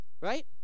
Right